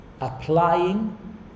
Applying